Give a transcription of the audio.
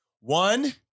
One